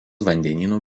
vandenynų